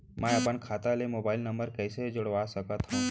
मैं अपन खाता ले मोबाइल नम्बर कइसे जोड़वा सकत हव?